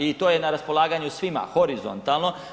I to je na raspolaganju svima horizontalno.